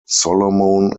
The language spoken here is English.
solomon